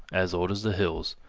as old as the hills,